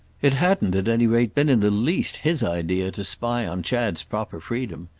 it hadn't at any rate been in the least his idea to spy on chad's proper freedom.